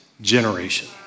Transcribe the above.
generation